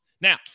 Now